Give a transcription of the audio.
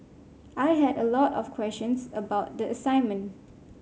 I had a lot of questions about the assignment